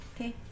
Okay